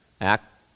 Act